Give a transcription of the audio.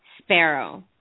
sparrow